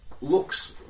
looks